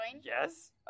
Yes